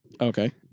Okay